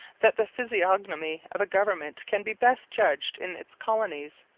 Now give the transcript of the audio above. that the physiognomy of a government can be best judged in its colonies,